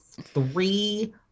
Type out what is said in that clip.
three